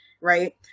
right